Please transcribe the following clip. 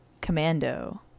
Commando